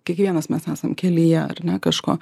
kiekvienas mes esam kelyje ar ne kažko